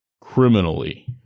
criminally